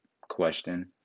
question